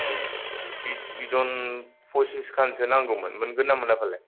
बिदन फसिसखानसो नांगौमोन मोनगोन ना मोना फालाय